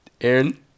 Aaron